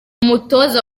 umutoza